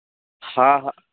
ہاں ہاں